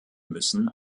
müssen